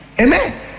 Amen